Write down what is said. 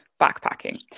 backpacking